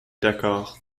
d’accord